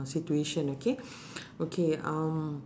situation okay okay um